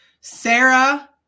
Sarah